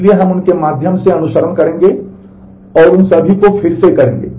इसलिए हम उनके माध्यम से अनुसरण करेंगे और उन सभी को फिर से करेंगे